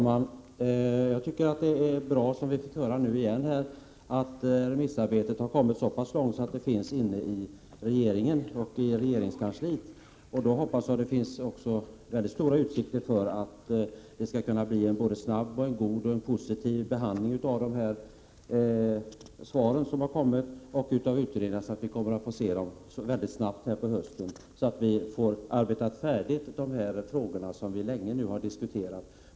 Herr talman! Det är bra att, som vi nu återigen fick höra, remissarbetet har kommit så pass långt att beredning av utredningsförslagen nu pågår i regeringskansliet. Jag hoppas att det finns goda förutsättningar för att behandlingen av utredningarna och remissvaren skall bli både positiv och så snabb att vi kan få förslag till hösten i dessa frågor, som vi nu så länge har diskuterat.